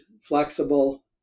flexible